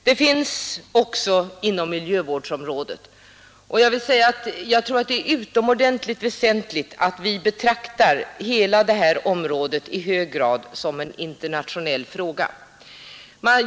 Detta förekommer också inom miljövårdsområdet, och jag tror att det är utomordentligt väsentligt att vi betraktar hela detta område i hög grad som en internationell fråga.